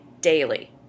daily